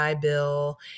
bill